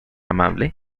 amable